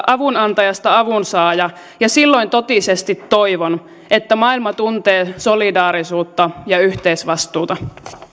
avunantajasta tulee avunsaaja ja silloin totisesti toivon että maailma tuntee solidaarisuutta ja yhteisvastuuta